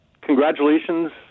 congratulations